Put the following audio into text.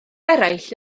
eraill